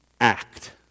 act